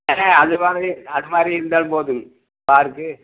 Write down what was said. அண்ணன் அதுமாதிரி அதுமாதிரி இருந்தாலும் போதும் காருக்கு